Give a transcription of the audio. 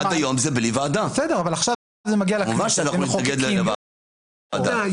כמובן שאנחנו נתנגד לדבר הזה.